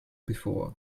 before